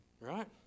Right